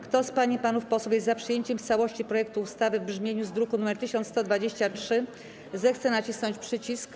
Kto z pań i panów posłów jest za przyjęciem w całości projektu ustawy w brzmieniu z druku nr 1123, zechce nacisnąć przycisk.